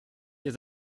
ihr